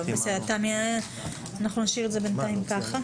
תמי, אנחנו נשאיר את זה בינתיים כך.